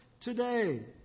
today